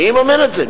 מי יממן את זה?